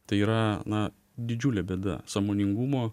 tai yra na didžiulė bėda sąmoningumo